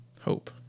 hope